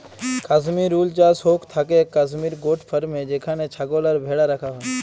Kashmir wool চাস হৌক থাকেক কাশ্মির গোট ফার্মে যেখানে ছাগল আর ভ্যাড়া রাখা হয়